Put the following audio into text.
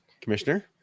commissioner